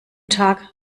tag